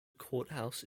courthouse